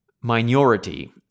minority